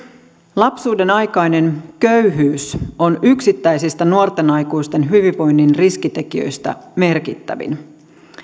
lapsuudenaikainen köyhyys on yksittäisistä nuorten aikuisten hyvinvoinnin riskitekijöistä merkittävin